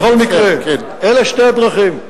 בכל מקרה, אלה שתי הדרכים.